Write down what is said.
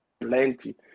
plenty